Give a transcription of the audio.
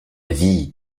vie